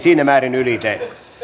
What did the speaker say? siinä määrin ylitse